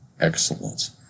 Excellence